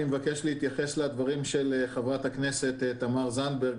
אני מבקש להתייחס לדברים של חברת הכנסת תמר זנדברג: